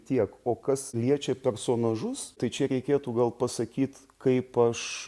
tiek o kas liečia personažus tai čia reikėtų gal pasakyt kaip aš